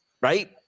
right